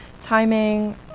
timing